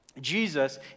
Jesus